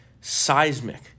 seismic